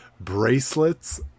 bracelets